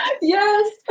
Yes